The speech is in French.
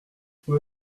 pour